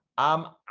um,